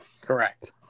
correct